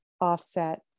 offset